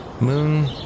Moon